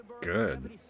Good